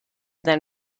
than